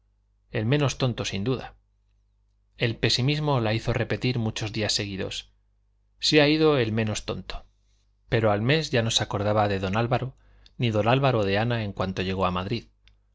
el menos tonto sin duda el pesimismo la hizo repetir muchos días seguidos se ha ido el menos tonto pero al mes ya no se acordaba de don álvaro ni don álvaro de ana en cuanto llegó a madrid